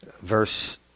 Verse